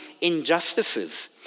injustices